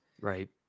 Right